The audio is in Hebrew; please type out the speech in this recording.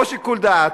או שיקול דעת,